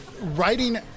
writing